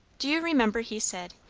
do you remember he said,